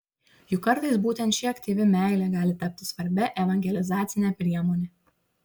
juk kartais būtent ši aktyvi meilė gali tapti svarbia evangelizacine priemone